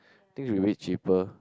think should be a bit cheaper